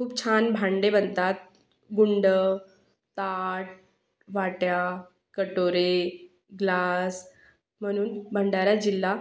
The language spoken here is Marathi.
खूप छान भांडे बनतात गुंडं ताट वाट्या कटोरे ग्लास म्हणून भंडारा जिल्हा